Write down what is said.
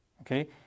Okay